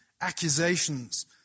accusations